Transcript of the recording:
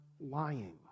lying